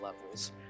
levels